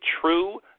true